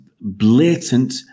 blatant